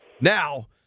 Now